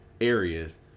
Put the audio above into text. areas